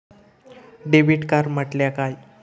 Debit card म्हटल्या काय?